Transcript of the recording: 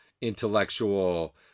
intellectual